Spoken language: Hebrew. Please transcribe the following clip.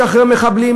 משחרר מחבלים,